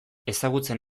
ezagutzen